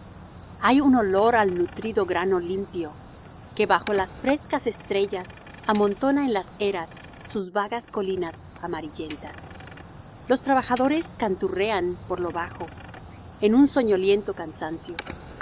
hay un olor al nutrido grano limpio que bajo las frescas estrellas amontona en las eras sus vagas colinas amarillentas los trabajadores canturrean por lo bajo en un soñoliento cansancio